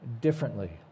differently